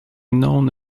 known